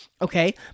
Okay